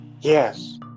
yes